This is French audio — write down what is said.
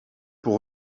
pour